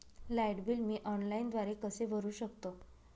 Light bill मी ऑनलाईनद्वारे कसे भरु शकतो?